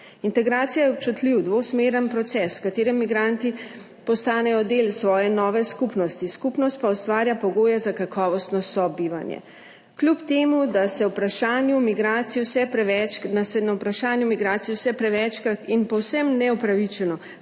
Integracija je občutljiv dvosmeren proces, v katerem migranti postanejo del svoje nove skupnosti, skupnost pa ustvarja pogoje za kakovostno sobivanje. Kljub temu da se na vprašanju migracij vse prevečkrat in povsem neupravičeno